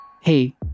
Hey